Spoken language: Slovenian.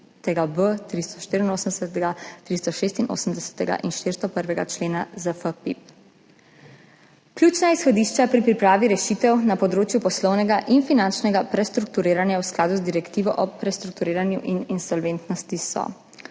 383.b, 384., 386. in 401. ZFPPIPP. Ključna izhodišča pri pripravi rešitev na področju poslovnega in finančnega prestrukturiranja v skladu z Direktivo o prestrukturiranju in insolventnosti so: